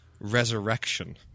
resurrection